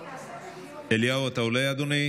אליהו, אתה עולה, אדוני?